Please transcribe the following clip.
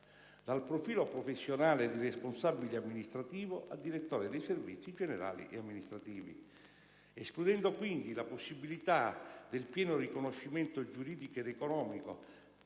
dal profilo professionale di Responsabile amministrativo a direttore dei servizi generali e amministrativi...", escludendo, quindi, la possibilità del pieno riconoscimento giuridico ed economico,